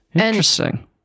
interesting